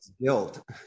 guilt